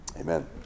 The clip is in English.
Amen